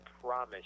promise